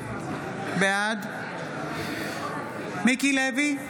בעד מיקי לוי,